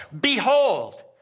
Behold